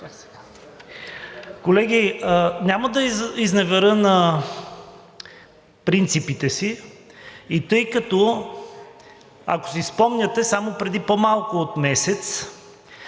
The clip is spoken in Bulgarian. Колеги, няма да изневеря на принципите си и тъй като, ако си спомняте, само преди по-малко от месец